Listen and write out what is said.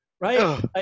right